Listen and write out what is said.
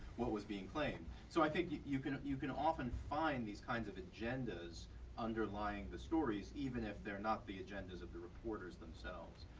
what was being claimed. so i think you can you can often find these kinds of agendas underlying the stories even if they're not the agendas of the reporters themselves.